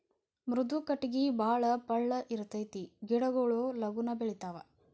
ಮೃದು ಕಟಗಿ ಬಾಳ ಪಳ್ಳ ಇರತತಿ ಗಿಡಗೊಳು ಲಗುನ ಬೆಳಿತಾವ